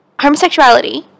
homosexuality